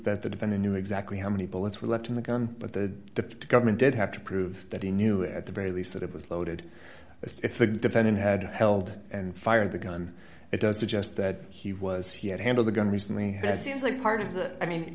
that the defendant knew exactly how many bullets were left in the gun but the government did have to prove that he knew at the very least that it was loaded if the defendant had held and fired the gun it does suggest that he was he had handled a gun recently that seems like part of the i mean